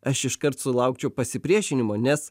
aš iškart sulaukčiau pasipriešinimo nes